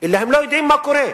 אלא הם לא יודעים מה קורה.